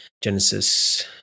Genesis